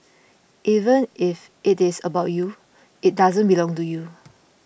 even if it is about you it doesn't belong to you